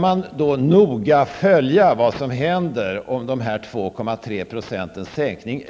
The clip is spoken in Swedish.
Man skall nu noga följa vad som händer och om det är tillräckligt med 2, 3 % sänkning.